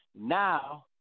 now